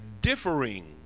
Differing